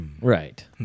right